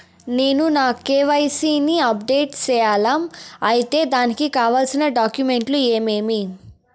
నేను నా కె.వై.సి ని అప్డేట్ సేయాలా? అయితే దానికి కావాల్సిన డాక్యుమెంట్లు ఏమేమీ?